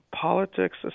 politics